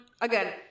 Again